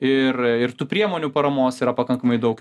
ir ir tų priemonių paramos yra pakankamai daug